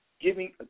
giving